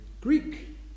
Greek